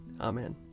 Amen